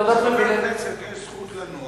את זכות היתר, לחבר כנסת יש זכות לנוע